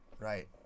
right